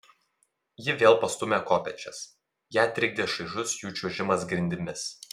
ji vėl pastūmė kopėčias ją trikdė šaižus jų čiuožimas grindimis